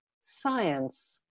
science